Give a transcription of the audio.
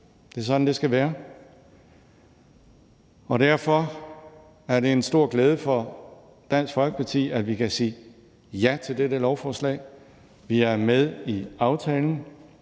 Det er sådan, det skal være. Derfor er det en stor glæde for Dansk Folkeparti, at vi kan sige ja til dette lovforslag. Vi er med i aftalen,